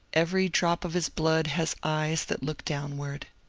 every drop of his blood has eyes that look downward.